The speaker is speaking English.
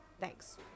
Thanks